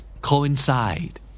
Coincide